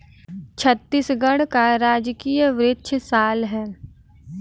छत्तीसगढ़ का राजकीय वृक्ष साल है